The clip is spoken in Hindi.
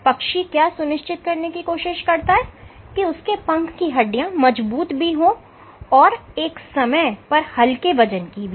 पक्षी क्या सुनिश्चित करने की कोशिश करता है कि उसके पंख की हड्डियां मजबूत भी हो और एक समय पर हल्के वजन की भी हो